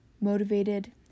motivated